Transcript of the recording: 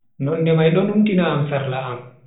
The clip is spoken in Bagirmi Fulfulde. Nonde mai do numtina am sarla am.